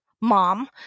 mom